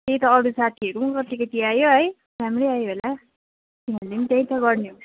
त्यही त अरू साथीहरूको पनि कति कति आयो है राम्रै आयो होला मैले नि त्यही त गर्ने हो